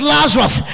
Lazarus